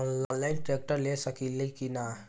Online tractor ले सकीला कि न?